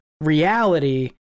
reality